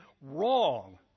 wrong